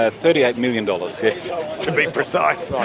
ah thirty eight million dollars, to be precise.